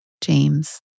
James